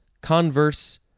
converse